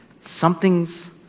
Something's